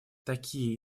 такие